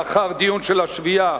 לאחר דיון של השביעייה,